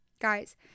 Guys